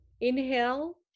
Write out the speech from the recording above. inhale